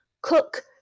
cook